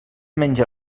menja